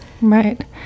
Right